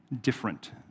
different